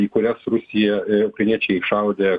į kurias rusija ukrainiečiai šaudė